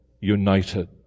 united